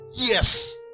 Yes